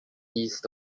east